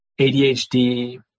ADHD